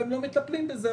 והם לא מטפלים בזה.